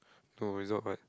for result what